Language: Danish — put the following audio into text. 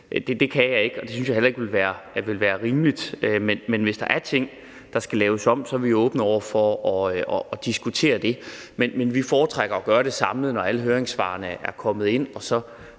det kan jeg ikke, og det synes jeg heller ikke ville være rimeligt. Hvis der er ting, der skal laves om, er vi åbne over for at diskutere det, men vi foretrækker at gøre det samlet, når alle høringssvarene er kommet ind. Og så